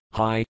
hi